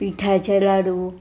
पिठाचे लाडू